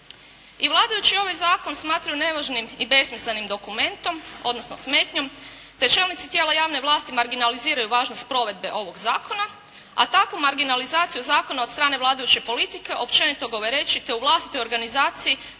i vladajući ovaj zakon smatraju nevažnim i besmislenim dokumentom, odnosno smetnjom te čelnici tijela javne vlasti marginaliziraju važnost provedbe ovog zakona, a takvu marginalizaciju zakona od strane vladajuće politike općenito govoreći te u vlastitoj organizaciji